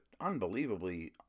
unbelievably